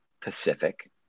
pacific